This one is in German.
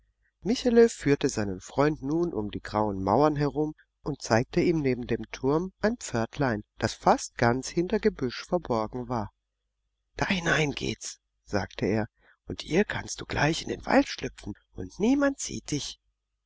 michele führte seinen freund nun um die grauen mauern herum und zeigte ihm neben dem turm ein pförtlein das fast ganz hinter gebüsch verborgen war da hinein geht's sagte er und hier kannst du gleich in den wald schlüpfen und niemand sieht dich